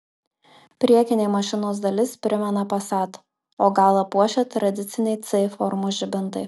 priekinė mašinos dalis primena passat o galą puošia tradiciniai c formos žibintai